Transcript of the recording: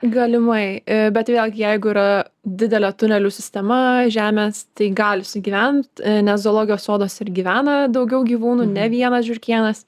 galimai bet vėlgi jeigu yra didelė tunelių sistema žemės tai gali sugyvent nes zoologijos soduose ir gyvena daugiau gyvūnų ne vienas žiurkėnas